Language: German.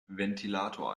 ventilator